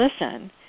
listen